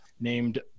named